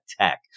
tech